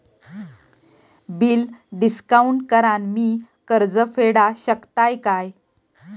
Bill discount करान मी कर्ज फेडा शकताय काय?